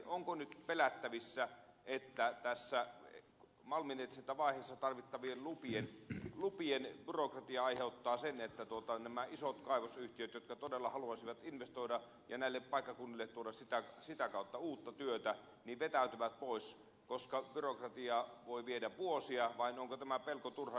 onko nyt pelättävissä että malminetsintävaiheessa tarvittavien lupien byrokratia aiheuttaa sen että nämä isot kaivosyhtiöt jotka todella haluaisivat investoida ja näille paikkakunnille tuoda sitä kautta uutta työtä vetäytyvät pois koska byrokratia voi viedä vuosia vai onko tämä pelko turha